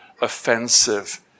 offensive